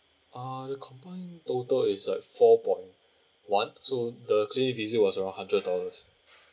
uh the combined total is like four point one so the clinic visit was around hundred dollars